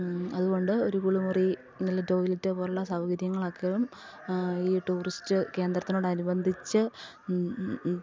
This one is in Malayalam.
അതുകൊണ്ട് ഒരു കുളിമുറി നല്ല ടോയ്ലറ്റ് പോലുള്ള സൗകര്യങ്ങളൊക്കെയും ഈ ടൂറിസ്റ്റ് കേന്ദ്രത്തിനോടനുബന്ധിച്ച്